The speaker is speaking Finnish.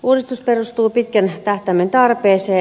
uudistus perustuu pitkän tähtäimen tarpeeseen